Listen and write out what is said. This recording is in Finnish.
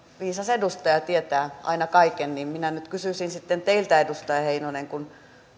viisas edustaja tietää aina kaiken niin minä nyt kysyisin sitten teiltä edustaja heinonen kun